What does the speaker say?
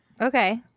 okay